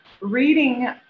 reading